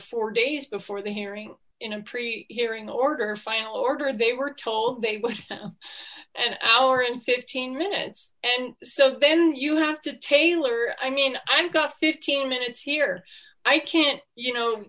four days before the hearing in a pre hearing order final order they were told they would and hour and fifteen minutes and so then you have to tailor i mean i've got fifteen minutes here i can't you know